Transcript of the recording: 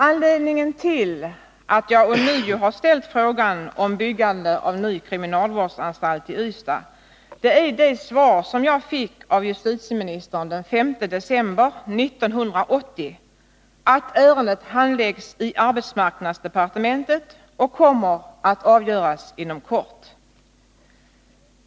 Anledningen till att jag ånyo har ställt frågan om byggande av ny kriminalvårdsanstalt i Ystad är det svar som jag fick av justitieministern den 5 december 1980, att ”ärendet handläggs i arbetsmarknadsdepartementet och kommer att avgöras inom kort”.